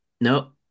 no